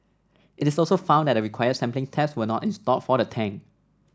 it also found that the required sampling taps were not installed for the tank